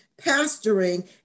pastoring